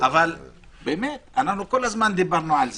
אבל באמת אנחנו כל הזמן דיברנו על זה,